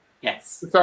Yes